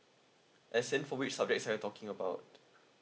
as in for which subjects are you talking about